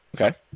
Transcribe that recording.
Okay